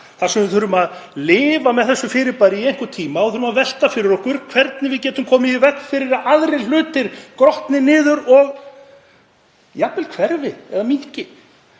þar sem við þurfum að lifa með þessu fyrirbæri í einhvern tíma og þurfum að velta fyrir okkur hvernig við getum komið í veg fyrir að aðrir hlutir grotni niður og jafnvel hverfi eða minnki.